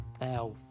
now